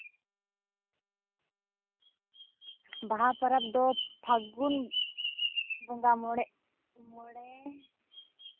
ᱵᱟᱦᱟ ᱯᱚᱨᱚᱵᱽ ᱫᱚ ᱯᱷᱟᱹᱜᱩᱱ ᱵᱚᱸᱜᱟ ᱢᱚᱬᱮ ᱢᱚᱬᱮ